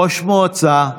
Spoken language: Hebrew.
ראש מועצה,